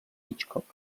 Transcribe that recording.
hitchcock